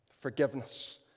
forgiveness